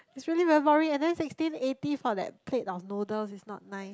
its really very boring and then sixteen eighty for that plate of noodles is not nice